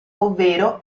ovvero